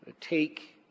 take